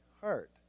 heart